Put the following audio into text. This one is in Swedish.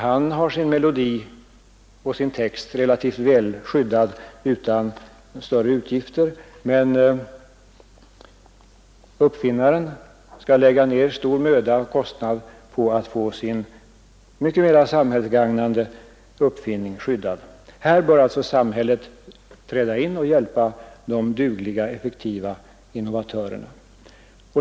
Han har sin melodi och sin text relativt väl skyddade utan större utgifter, men uppfinnaren skall lägga ned stor möda och stora kostnader på att få sin mycket mer samhällsgagnande uppfinning skyddad. Här bör alltså samhället träda in och hjälpa de dugliga, effektiva innovatörerna.